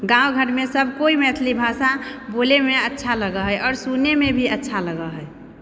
गाँव घरमे सब कोइ मैथिली भाषा बोलैमे अच्छा लगै हैय सुनै मे भी अच्छा लगै हैय